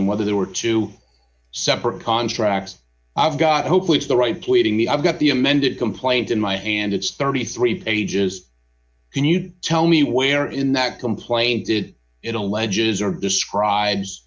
and whether there were two separate contracts i've got hopefully it's the right pleading me i've got the amended complaint in my hand it's thirty three pages and you tell me where in that complaint did it alleges or describes